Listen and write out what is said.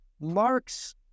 Marx